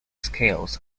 scales